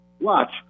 Watch